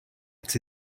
its